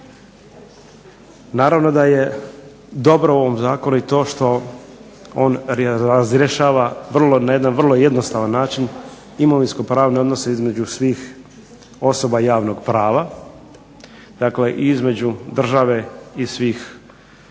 Naravno da je dobro u ovom zakonu i to što on razrješava na jedan vrlo jednostavan način imovinsko-pravne odnose između svih osoba javnog prava, dakle i između države i svih